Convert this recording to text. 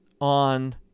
on